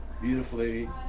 beautifully